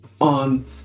on